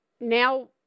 Now